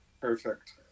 Perfect